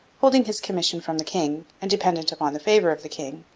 holding his commission from the king and dependent upon the favour of the king.